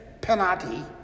penalty